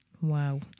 Wow